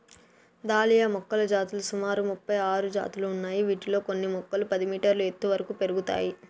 dahlia మొక్కల జాతులు సుమారు ముపై ఆరు జాతులు ఉన్నాయి, వీటిలో కొన్ని మొక్కలు పది మీటర్ల ఎత్తు వరకు పెరుగుతాయి